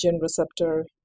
receptor